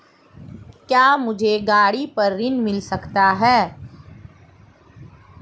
क्या मुझे गाड़ी पर ऋण मिल सकता है?